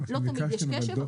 לא תמיד יש קשב,